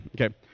Okay